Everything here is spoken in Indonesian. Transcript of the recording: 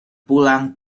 pulang